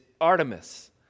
Artemis